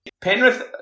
Penrith